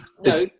No